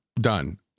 done